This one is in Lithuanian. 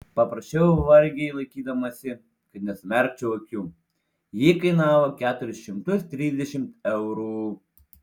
paprašiau vargiai laikydamasi kad nesumerkčiau akių ji kainavo keturis šimtus trisdešimt eurų